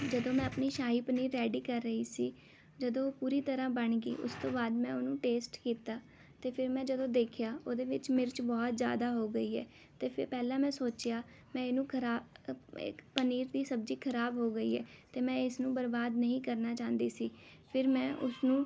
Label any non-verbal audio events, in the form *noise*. ਜਦੋਂ ਮੈਂ ਆਪਣੀ ਸ਼ਾਹੀ ਪਨੀਰ ਰੈਡੀ ਕਰ ਰਹੀ ਸੀ ਜਦੋਂ ਉਹ ਪੂਰੀ ਤਰ੍ਹਾਂ ਬਣ ਗਈ ਉਸ ਤੋਂ ਬਾਅਦ ਮੈਂ ਉਹਨੂੰ ਟੇਸਟ ਕੀਤਾ ਅਤੇ ਫਿਰ ਮੈਂ ਜਦੋਂ ਦੇਖਿਆ ਉਹਦੇ ਵਿੱਚ ਮਿਰਚ ਬਹੁਤ ਜ਼ਿਆਦਾ ਹੋ ਗਈ ਹੈ ਅਤੇ ਫਿਰ ਪਹਿਲਾਂ ਮੈਂ ਸੋਚਿਆ ਮੈਂ ਇਹਨੂੰ ਖ਼ਰਾਬ *unintelligible* ਪਨੀਰ ਦੀ ਸਬਜ਼ੀ ਖਰਾਬ ਹੋ ਗਈ ਹੈ ਅਤੇ ਮੈਂ ਇਸ ਨੂੰ ਬਰਬਾਦ ਨਹੀਂ ਕਰਨਾ ਚਾਹੁੰਦੀ ਸੀ ਫਿਰ ਮੈਂ ਉਸਨੂੰ